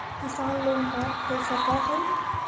किसान लोन माफ हो सक है?